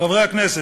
חברי הכנסת,